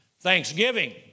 thanksgiving